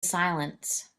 silence